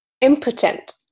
impotent